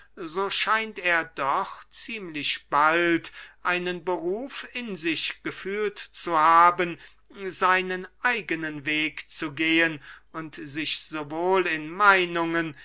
so scheint er doch ziemlich bald einen beruf in sich gefühlt zu haben seinen eigenen weg zu gehen und sich sowohl in meinungen